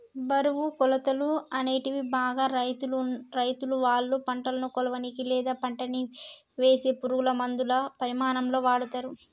బరువు, కొలతలు, అనేటివి బాగా రైతులువాళ్ళ పంటను కొలవనీకి, లేదా పంటకివేసే పురుగులమందుల పరిమాణాలలో వాడతరు